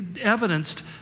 evidenced